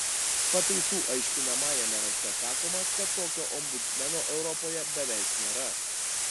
pataisų aiškinamajame rašte sakoma kad tokio ombudsmeno europoje beveik nėra